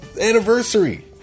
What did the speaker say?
anniversary